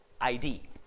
ID